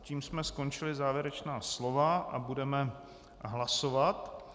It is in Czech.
Tím jsme skončili závěrečná slova a budeme hlasovat.